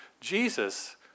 Jesus